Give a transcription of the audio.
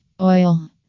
oil